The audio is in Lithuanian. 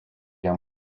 jam